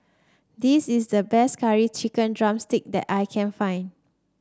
this is the best Curry Chicken drumstick that I can find